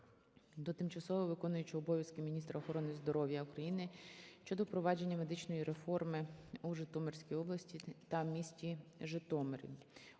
до тимчасово виконуючої обов'язки міністра охорони здоров'я України щодо впровадження медичної реформи у Житомирській області та місті Житомирі.